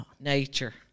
nature